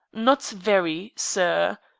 not very, sir,